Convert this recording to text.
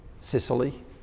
Sicily